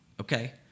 Okay